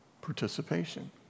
participation